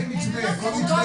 איתמר